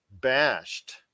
bashed